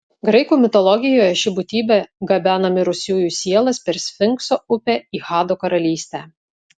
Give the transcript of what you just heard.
graikų mitologijoje ši būtybė gabena mirusiųjų sielas per sfinkso upę į hado karalystę